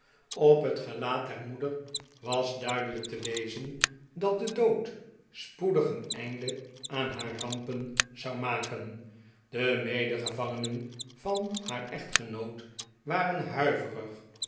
op het gelaat der moeder was duidelijk te lezen dat de dood spoedig een einde aan haar rampen zou maken de medegevangenen van haar echtgenoot waren huiverig